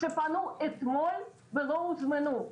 שפנו אתמול ולא הוזמנו,